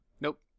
Nope